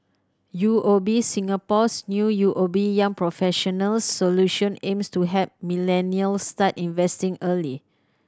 U O B Singapore's new U O B Young Professionals Solution aims to help millennials start investing early